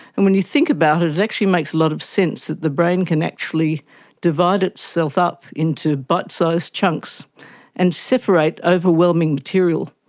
and when you think about it, it actually makes a lot of sense that the brain can actually divide itself up into bite-sized chunks and separate overwhelming material,